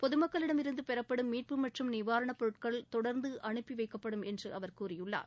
பொதுமக்களிடம் இருந்து பெறப்படும் மீட்பு மற்றும் நிவாரணப் பொருட்கள் தொடர்ந்து அனுப்பி வைக்கப்படும் என்று கூறியுள்ளார்